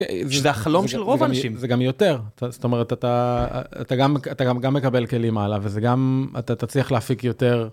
זה החלום של רוב האנשים. זה גם יותר. זאת אומרת, אתה גם מקבל כלים הלאה, וזה גם, אתה תצליח להפיק יותר.